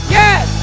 yes